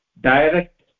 direct